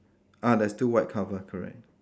ah there's two white cover correct